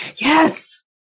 Yes